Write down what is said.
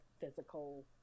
physical